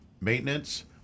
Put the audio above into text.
maintenance